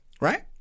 Right